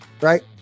Right